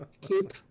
keep